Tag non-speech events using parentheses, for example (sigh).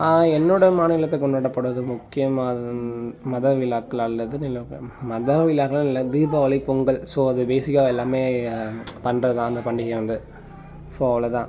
என்னோட மாநிலத்தில் கொண்டாடப்படுவது முக்கியமாக மத விழாக்கள் அல்லது (unintelligible) மத விழாக்கள் இல்லை தீபாவளி பொங்கல் ஸோ அது பேசிக்காக எல்லாமே பண்றதாக அந்த பண்டிகையை வந்து ஸோ அவ்ளோ தான்